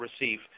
receive